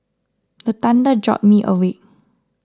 the thunder jolt me awake